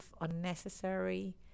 unnecessary